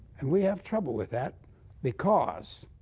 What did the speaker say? and we have trouble with that because